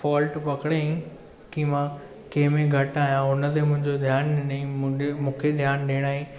fault पकिड़ियई कि मां कंहिं में घटि आहियां हुन ते मुंहिंजो ध्यानु ॾिनईं मूंखे ध्यानु ॾियाराईं ऐं